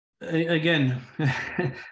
Again